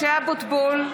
(קוראת בשמות חברי הכנסת) משה אבוטבול,